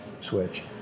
switch